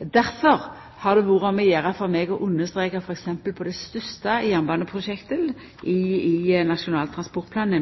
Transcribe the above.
Difor har det vore om å gjera for meg å understreka at f.eks. på det største jernbaneprosjektet i Nasjonal transportplan,